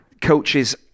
coaches